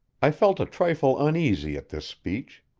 i felt a trifle uneasy at this speech.